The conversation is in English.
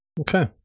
Okay